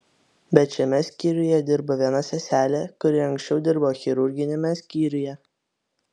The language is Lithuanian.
bet šiame skyriuje dirba viena seselė kuri anksčiau dirbo chirurginiame skyriuje